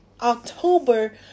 october